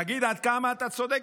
תגיד עד כמה אתה צודק.